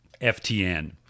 FTN